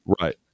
Right